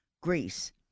Greece